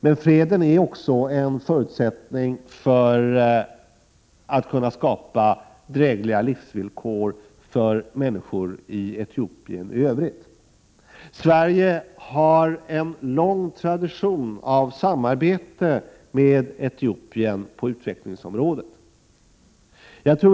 Men freden är också en förutsättning för att drägliga livsvillkor för människorna i Etiopien i övrigt kan skapas. Sverige har en lång tradition när det gäller samarbetet med Etiopien på utvecklingsområdet.